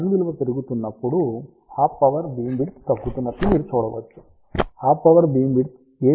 n విలువ పెరుగుతున్నప్పుడు half power beam width తగ్గుతున్నట్లు మీరు చూడవచ్చు హాఫ్ పవర్ బీమ్ విడ్త్ ఏ బిందువుకు అనుగుణంగా ఉంటుంది